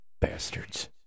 Bastards